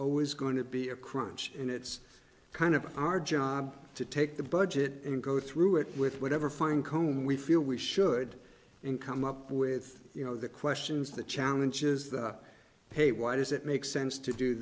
always going to be a crunch and it's kind of our job to take the budget and go through it with whatever fine comb we feel we should and come up with you know the questions the challenges the pay why does it make sense to do